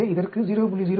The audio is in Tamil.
எனவே இதற்கு 0